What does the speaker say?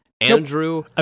Andrew